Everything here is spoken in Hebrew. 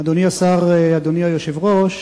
אדוני השר, אדוני היושב-ראש,